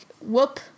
whoop